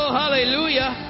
hallelujah